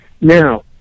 Now